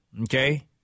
Okay